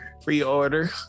pre-order